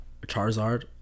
Charizard